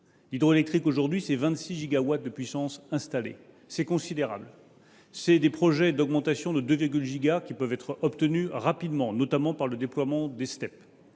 L’hydroélectrique aujourd’hui, c’est 26 gigawatts de puissance installée. C’est considérable. Ce sont des projets d’augmentation de 2 gigawatts qui peuvent être obtenus rapidement, notamment par le déploiement des Step.